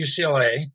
UCLA